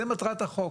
זו מטרת החוק.